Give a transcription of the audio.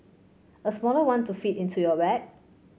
a smaller one to fit into your bag